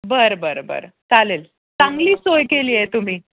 बरं बरं बरं चालेल चांगली सोय केली आहे तुम्ही